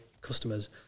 customers